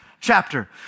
chapter